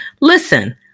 Listen